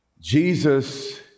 Jesus